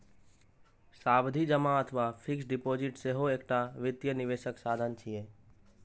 सावधि जमा अथवा फिक्स्ड डिपोजिट सेहो एकटा वित्तीय निवेशक साधन छियै